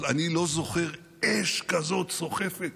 אבל אני לא זוכר אש כזאת סוחפת,